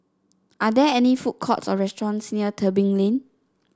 are there any food courts or restaurants near Tebing Lane